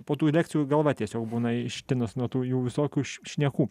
po tų lekcijų galva tiesiog būna ištinus nuo tų jų visokių šnekų